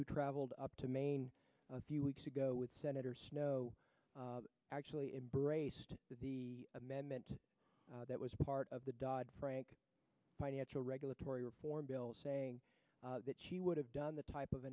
who traveled up to maine a few weeks ago with senator snowe actually embraced the amendment that was part of the dodd frank financial regulatory reform bill saying that she would have done the type of